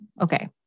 Okay